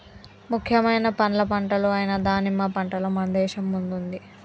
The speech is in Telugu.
ముఖ్యమైన పండ్ల పంటలు అయిన దానిమ్మ పంటలో మన దేశం ముందుంది